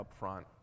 upfront